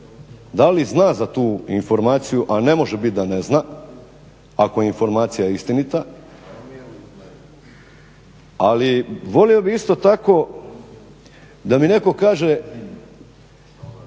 da li zna za tu informaciju a ne može biti da ne zna ako je informacija istinita, ali volio bih isto tako da mi netko kaže,